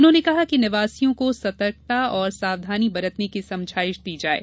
उन्होंने कहा कि निवासियों को सतर्कता और सावधानी बरतने की समझाईश दी जाये